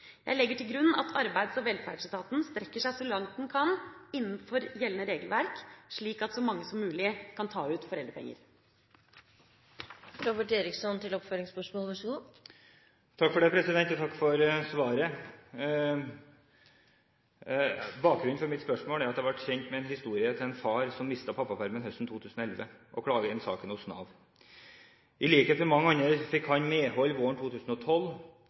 Jeg legger til grunn at Arbeids- og velferdsetaten strekker seg så langt den kan innenfor gjeldende regelverk, slik at så mange som mulig kan ta ut foreldrepenger. Jeg takker for svaret. Bakgrunnen for mitt spørsmål er at jeg ble kjent med en historie til en far som mistet pappapermen høsten 2011, og klaget inn saken hos Nav. I likhet med mange andre fikk han medhold våren 2012,